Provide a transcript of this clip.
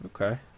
Okay